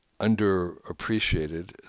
underappreciated